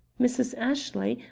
mrs. ashley,